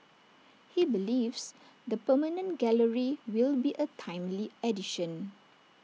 he believes the permanent gallery will be A timely addition